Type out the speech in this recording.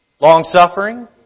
long-suffering